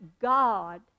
God